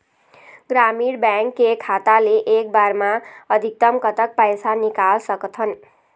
ग्रामीण बैंक के खाता ले एक बार मा अधिकतम कतक पैसा निकाल सकथन?